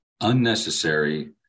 unnecessary